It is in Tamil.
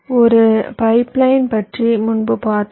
ஒரு பைப்லைன் பற்றி முன்பு பார்த்தோம்